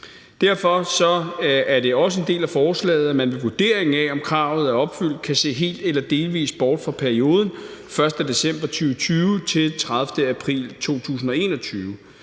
Derfor er det også en del af forslaget, at man ved vurderingen af, om kravet er opfyldt, kan se helt eller delvis bort fra perioden 1. december 2020 - 30. april 2021.